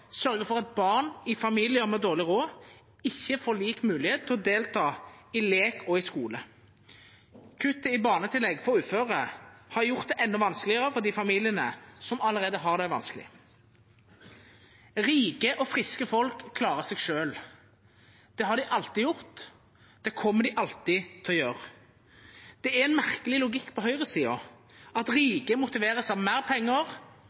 for at barn i familier med dårlig råd ikke får lik mulighet til å delta i lek og skole. Kuttet i barnetillegget for uføre har gjort det enda vanskeligere for de familiene som allerede har det vanskelig. Rike og friske folk klarer seg selv. Det har de alltid gjort, og det kommer de alltid til å gjøre. Det er en merkelig logikk på høyresiden at rike motiveres av mer penger